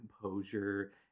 composure